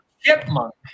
chipmunk